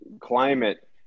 climate